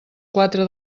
quatre